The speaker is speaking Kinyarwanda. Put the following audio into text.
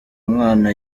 mwana